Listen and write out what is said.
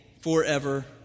forever